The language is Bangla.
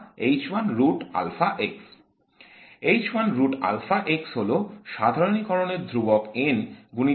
হল সাধারণীকরণের ধ্রুবক N গুণিতক